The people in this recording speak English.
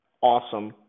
awesome